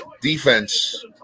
defense